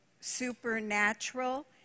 supernatural